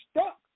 stuck